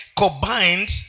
combined